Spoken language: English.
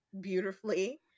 beautifully